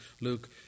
Luke